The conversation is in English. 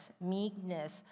meekness